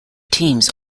teams